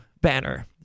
banner